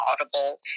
Audible